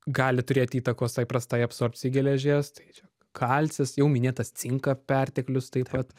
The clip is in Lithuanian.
gali turėt įtakos tai prastai absorbcijai geležies tai čia kalcis jau minėtas cinko perteklius taip pat